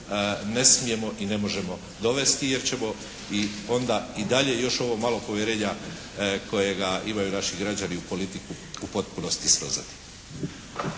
ne smijemo i ne možemo dovesti, jer ćemo onda i dalje još ovo malo povjerenja kojega imaju naši građani u politiku u potpunosti srozati.